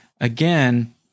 again